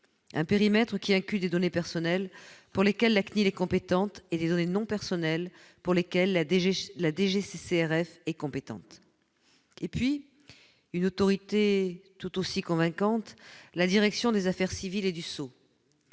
un périmètre qui inclut des données personnelles, pour lesquelles la CNIL est compétente, et des données non personnelles, pour lesquelles la DGCCRF est compétente. » Ensuite, la direction des affaires civiles et du sceau-